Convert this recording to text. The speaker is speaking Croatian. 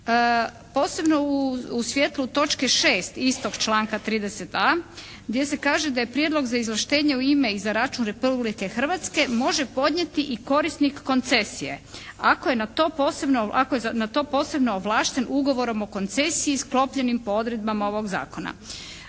Posebno u svijetlu točke 6. istog članka 30.a gdje se kaže da je prijedlog za izvlaštenje u ime i za račun Republike Hrvatske može podnijeti i korisnik koncesije, ako je na to posebno ovlašten ugovorom o koncesiji sklopljenim po odredbama ovog Zakona.